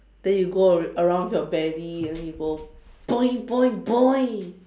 then you go ar~ around with your belly then you go boing boing boing